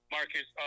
Marcus